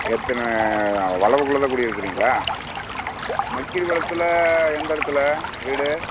எத்தனை அந்த வளைவுக்குள்ளதான் குடியிருக்கிறீங்களா மக்கிரிப்பாளையத்துல எந்த இடத்துல வீடு